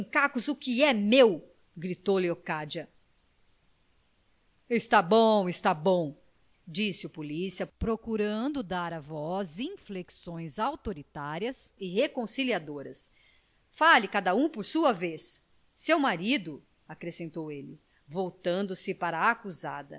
o que é meu gritou leocádia está bom está bom disse o polícia procurando dar à voz inflexões autoritárias e reconciliadoras fale cada um por sua vez seu marido acrescentou ele voltando-se para a acusada